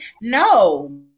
no